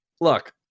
Look